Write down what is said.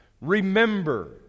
Remember